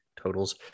totals